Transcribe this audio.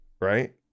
right